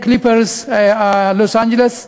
עם "לוס-אנג'לס קליפרס".